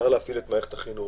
להפעיל את מערכת החינוך,